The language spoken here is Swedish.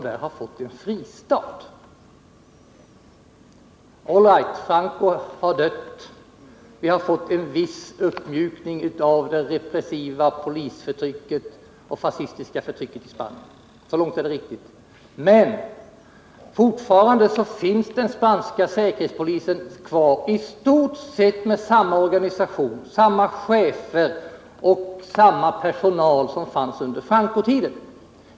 All right, Franco har dött och vi har fått en viss uppmjukning av polisförtrycket och det fascistiska förtrycket i Spanien. Så långt är det riktigt. Men fortfarande finns den spanska säkerhetspolisen kvar med i stort sett samma organisation. Den har samma chefer och samma personal som fanns under Francotiden.